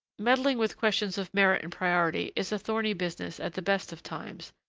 meddling with questions of merit and priority is a thorny business at the best of times,